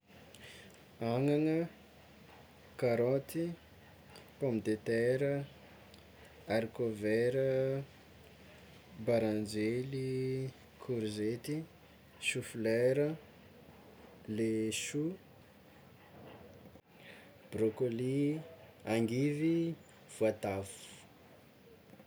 Agnagna, karaoty, pomme de terre, arikôvera, baranjely, korzety, chou flera, le chou, broccoli, angivy, voatavo.